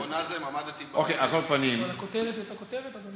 על כל פנים, הכותרת היא אותה כותרת.